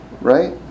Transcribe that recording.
right